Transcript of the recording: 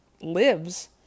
lives